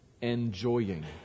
enjoying